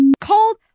cold